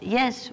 yes